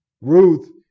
Ruth